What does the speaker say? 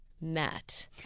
met